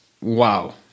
wow